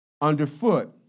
underfoot